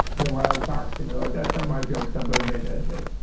the wild fox. you know that's not my joke. somebody made that joke.